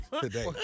today